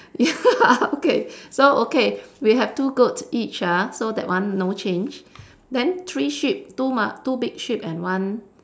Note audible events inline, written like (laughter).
ya (laughs) okay so okay we have two goat each ah so that one no change then three sheep two ma~ two big sheep and one